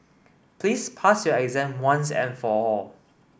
please pass your exam once and for all